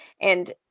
and-